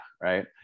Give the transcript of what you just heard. right